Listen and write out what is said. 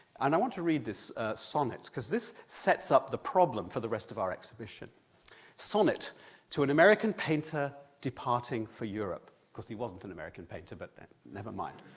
and i want to read this sonnet because this sets up the problem for the rest of our exhibition sonnet to an american painter departing for europe. he wasn't an american painter, but never mind.